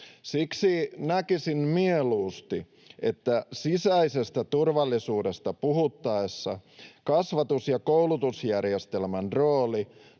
Siksi näkisin mieluusti, että sisäisestä turvallisuudesta puhuttaessa kasvatus‑ ja koulutusjärjestelmän rooli